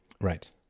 Right